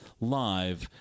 live